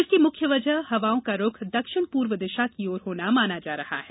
इसकी मुख्य वजह हवाओं का रूख दक्षिण पूर्व दिशा की ओर होना माना जा रहा है